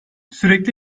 sürekli